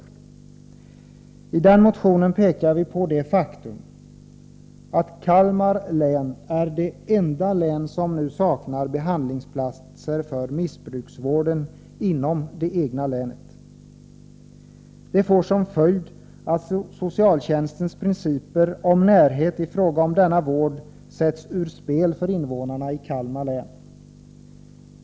I den motionen pekar vi på det faktum att Kalmar län är det enda län som f.n. saknar behandlingsplatser för missbruksvård inom det egna länet. Följden blir att socialtjänstens principer om närhet i fråga om denna vård sätts ur spel, och det drabbar invånarna i Kalmar län.